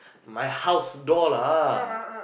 my house door lah